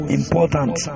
important